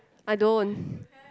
I don't